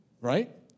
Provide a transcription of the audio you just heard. right